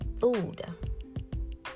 Food